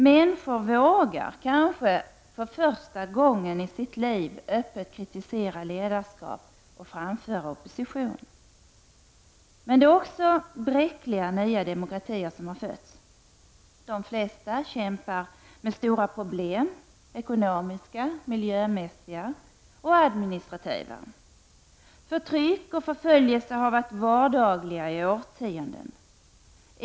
Människor vågar, kanske för första gången i sitt liv, öppet kritisera ledarskap och framföra opposition. Men det är också bräckliga nya demokratier som har fötts, De flesta kämpar med stora problem, såväl ekonomiska och miljömässiga som administrativa. Förtryck och förföljelse har varit vardagliga i årtionden.